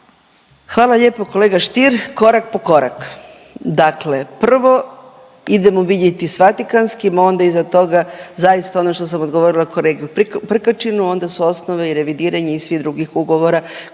Hvala lijepo kolega Stier, korak po korak. Dakle, prvo idemo vidjeti s Vatikanskim onda iza toga zaista ono što sam odgovorila kolegi Prkačinu onda su osnove i revidiranje i svih drugih ugovora